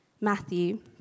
Matthew